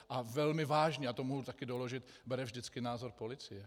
A velmi vážně, a to mohu také doložit, bere vždycky názor policie.